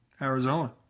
Arizona